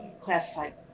classified